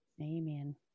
Amen